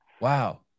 Wow